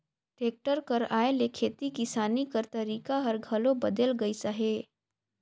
tractor कर आए ले खेती किसानी कर तरीका हर घलो बदेल गइस अहे